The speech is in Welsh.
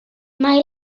mae